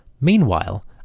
Meanwhile